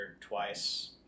twice